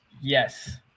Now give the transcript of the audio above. Yes